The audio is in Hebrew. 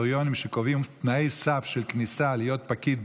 קריטריונים שקובעים תנאי סף של כניסה להיות פקיד,